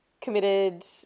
committed